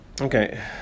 Okay